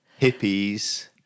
hippies